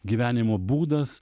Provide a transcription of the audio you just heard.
gyvenimo būdas